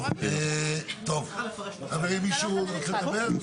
טוב, חברים, מישהו רוצה לדבר?